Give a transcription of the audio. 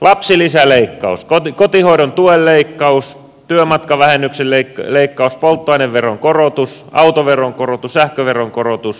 lapsilisäleikkaus kotihoidon tuen leikkaus työmatkavähennyksen leikkaus polttoaineveron korotus autoveron korotus sähköveron korotus